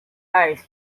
ice